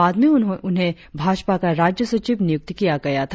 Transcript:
बाद में उन्हें भाजपा का राज्य सचिव नियुक्त किया गया था